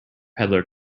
peddler